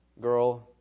girl